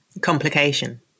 Complication